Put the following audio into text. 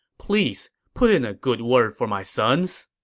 please put in a good word for my sons.